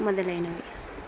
మొదలైనవి